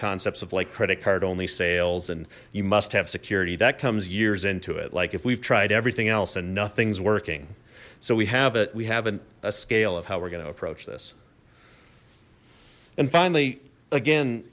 concepts of like credit card only sales and you must have security that comes years into it like if we've tried everything else and nothing's working so we have it we have a scale of how we're going to approach this and finally again